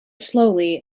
slowly